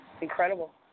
Incredible